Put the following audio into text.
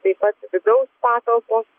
taip pat vidaus patalpos